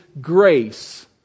grace